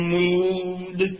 moved